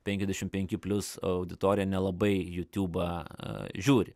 penkiasdešim penki plius auditorija nelabai jiutiubą žiūri